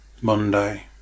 Monday